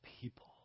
people